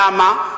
למה?